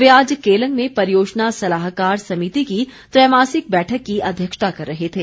ये आज केलंग में परियोजना सलाहकार समिति की त्रैमासिक बैठक की अध्यक्षता कर रहे थे